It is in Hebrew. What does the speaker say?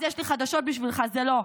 אז יש לי חדשות בשבילך: זה לא.